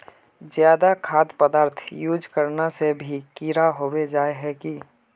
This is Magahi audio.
ज्यादा खाद पदार्थ यूज करना से भी कीड़ा होबे जाए है की?